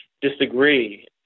disagree